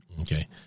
Okay